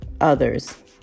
others